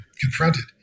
confronted